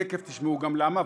ותכף תשמעו גם למה.